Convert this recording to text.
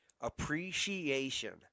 Appreciation